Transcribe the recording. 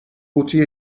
قوطی